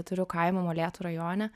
turiu kaimą molėtų rajone